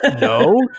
no